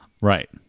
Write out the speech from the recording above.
right